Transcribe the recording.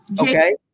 Okay